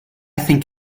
think